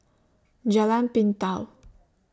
Jalan Pintau